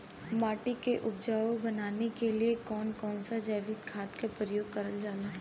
माटी के उपजाऊ बनाने के लिए कौन कौन जैविक खाद का प्रयोग करल जाला?